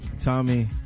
Tommy